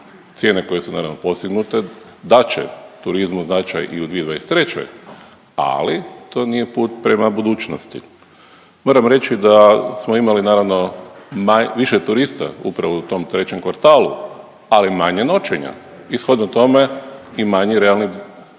Cijene koje su naravno postignute dat će turizmu značaj i u 2023., ali to nije put prema budućnosti. Moram reći da smo imali naravno više turista upravo u tom trećem kvartalu, ali manje noćenja. I shodno tome i manji realni dio